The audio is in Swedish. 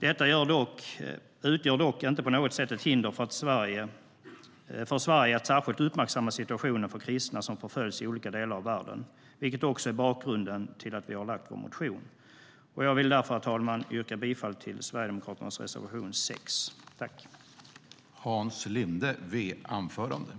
Detta utgör dock inte på något sätt ett hinder för Sverige att särskilt uppmärksamma situationen för kristna som förföljs i olika delar av världen, vilket också är bakgrunden till att vi har väckt vår motion. Jag yrkar därför, herr talman, bifall till Sverigedemokraternas reservation nr 6.